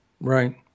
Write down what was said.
Right